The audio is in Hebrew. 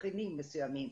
תבחינים מסוימים,